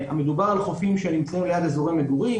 מדובר על חופים שנמצאים ליד אזורי מגורים,